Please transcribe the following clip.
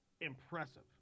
impressive